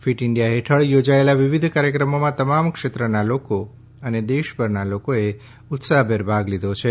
fit India હેઠળ યોજાયેલા વિવિધ કાર્યક્રમોમાં તમામ ક્ષેત્રના લોકો અને દેશભરના લોકોએ ઉત્સાહ઼ભેર ભાગ લીધો છે